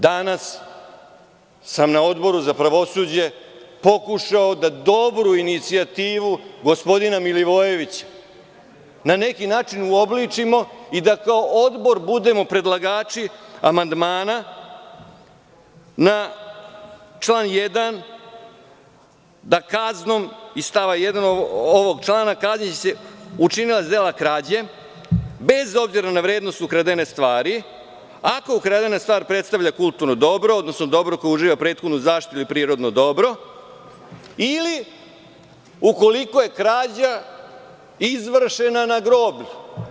Danas sam na Odboru za pravosuđe pokušao da dobru inicijativu gospodina Milivojevića na neki način uobličimo i da kao Odbor budemo predlagači amandmana na član 1, da kaznom iz stava 1. ovog člana kazni se učinilac dela krađe, bez obzira na vrednost ukradene stvari, ako ukradena stvar predstavlja kulturno dobro, odnosno dobro koje uživa prethodnu zaštitu ili prirodno dobro, ili ukoliko je krađa izvršena na groblju.